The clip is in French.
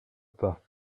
pas